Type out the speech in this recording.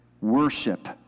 Worship